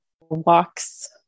walks